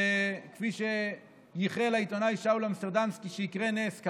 וכפי שייחל העיתונאי שאול אמסטרדמסקי שיקרה נס,